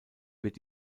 wird